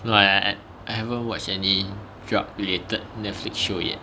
no I I haven't watch any drug related Netflix show yet